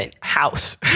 house